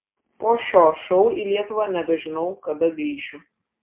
po šio šou į lietuvą nebežinau kada grįšiu